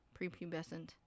prepubescent